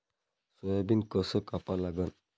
Soybean कस कापा लागन?